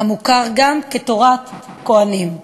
המוכר גם כ"תורת כהנים".